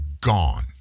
gone